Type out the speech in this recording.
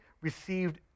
received